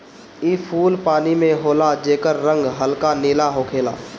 इ फूल पानी में होला जेकर रंग हल्का नीला होखेला